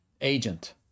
agent